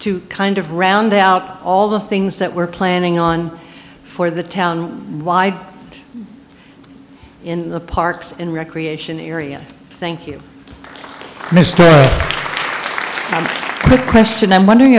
to kind of round out all the things that we're planning on for the town why in the parks and recreation area thank you mister preston i'm wondering